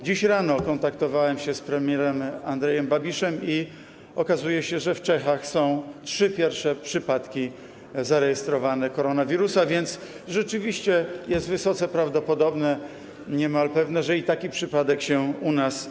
Dziś rano kontaktowałem się z premierem Andrejem Babišem i okazuje się, że w Czechach są trzy pierwsze zarejestrowane przypadki koronawirusa, więc rzeczywiście jest wysoce prawdopodobne, niemal pewne, że taki przypadek pojawi się i u nas.